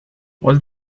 was